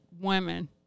women